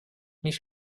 nicht